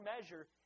measure